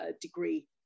degree